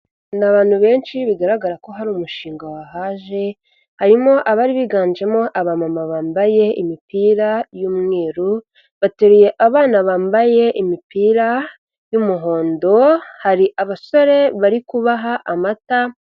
Ni abantu benshi bigaragara ko hari umushinga wahaje, harimo abari biganjemo abamama bambaye imipira y'umweru, bateruye abana bambaye imipira y'umuhondo, hari abasore bari kubaha amata.